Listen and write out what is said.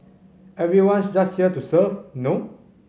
everyone's just here to serve no